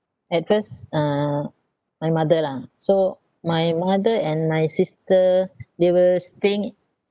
at first uh my mother lah so my mother and my sister they were staying